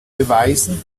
beweisen